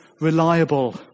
reliable